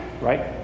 right